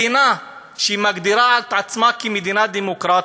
מדינה שמגדירה את עצמה מדינה דמוקרטית,